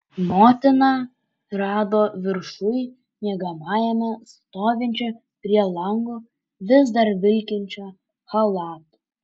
motiną rado viršuj miegamajame stovinčią prie lango vis dar vilkinčią chalatu